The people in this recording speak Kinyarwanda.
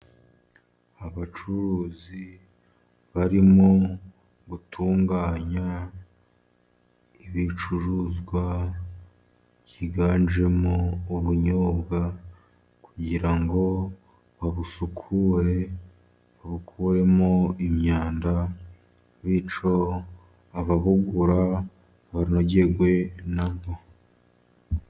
Abacuruzi barimo gutunganya ibicuruzwa byiganjemo ubunyobwa , kugira ngo babusukure babukuremo imyanda, bityo ababugura banogerwe na bwo.